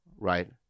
Right